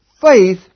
faith